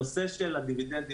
הנושא של הדיבידנד,